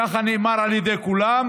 ככה נאמר על ידי כולם.